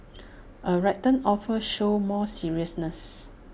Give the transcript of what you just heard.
A written offer shows more seriousness